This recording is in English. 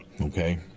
Okay